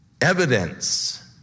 evidence